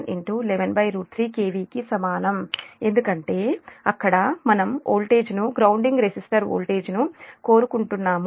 939 113 KV కి సమానం ఎందుకంటే అక్కడ మనం వోల్టేజ్ను గ్రౌండింగ్ రెసిస్టర్ వోల్టేజ్ను కోరుకుంటున్నాము